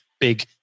big